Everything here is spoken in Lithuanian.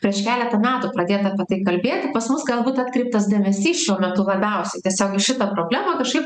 prieš keletą metų pradėta apie tai kalbėti pas mus galbūt atkreiptas dėmesys šiuo metu labiausiai tiesiog į šitą problemą kažkaip